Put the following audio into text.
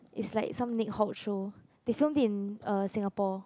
is like some Nick Hawk show they filmed it in uh Singapore